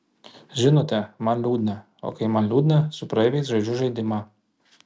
žinote man liūdna o kai man liūdna su praeiviais žaidžiu žaidimą